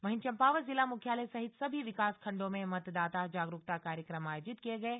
वहीं चम्पावत जिला मुख्यालय सहित सभी विकासखंडों में मतदाता जागरूकता कार्यक्रम आयोजित किये गये